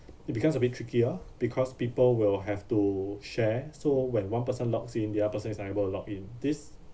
it becomes a bit trickier because people will have to share so when one person logs in the other person is unable to log in this